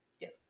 yes